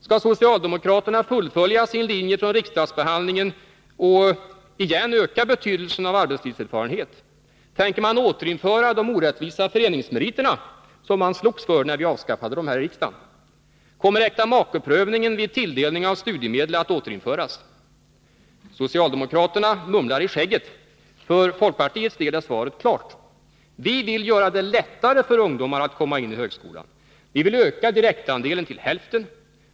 Skall socialdemokraterna fullfölja sin linje från riksdagsbehandlingen och igen öka betydelsen av arbetslivserfarenhet? Tänker man återinföra de orättvisa föreningsmeriterna som man slogs för när vi avskaffade dem här i riksdagen? Kommer äktamakeprövningen vid tilldelning av studiemedel att återinföras? Socialdemokraterna mumlar i skägget. För folkpartiets del är svaret klart. Vi vill göra det lättare för ungdomar att komma in i högskolan. Vi vill öka direktandelen till hälften.